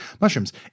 mushrooms